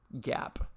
gap